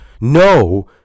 No